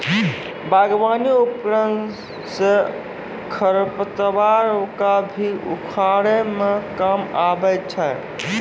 बागबानी उपकरन सँ खरपतवार क भी उखारै म काम आबै छै